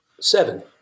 Seven